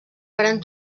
varen